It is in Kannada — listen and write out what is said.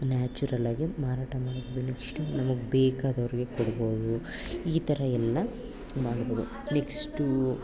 ನ್ಯಾಚುರಲ್ಲಾಗೆ ಮಾರಾಟ ಮಾಡ್ಬೌದು ನೆಕ್ಸ್ಟು ನಮ್ಗೆ ಬೇಕಾದವ್ರಿಗೆ ಕೊಡ್ಬೌದು ಈ ಥರ ಎಲ್ಲ ಮಾಡ್ಬೌದು ನೆಕ್ಸ್ಟು